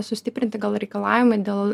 sustiprinti gal reikalavimai dėl